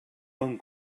amb